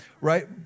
right